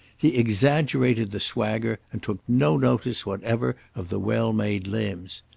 he exaggerated the swagger, and took no notice whatever of the well-made limbs.